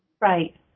right